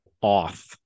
off